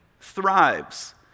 thrives